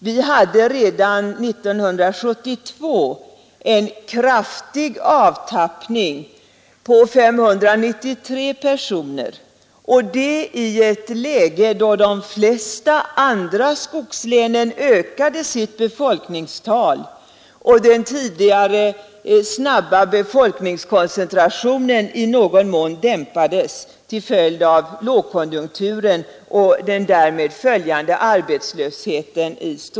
Vi hade redan 1972 en kraftig avtappning på 593 personer och det i ett läge då de flesta andra skogslänen ökade sitt befolkningstal och då den tidigare snabba befolkningskoncentrationen i storstadsregionerna i någon mån dämpades till följd av lågkonjunkturen och den därmed följande arbetslösheten.